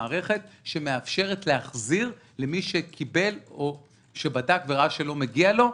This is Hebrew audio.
שמאפשרת להחזיר למי שקיבל או שבדק וראה שלא מגיע לו,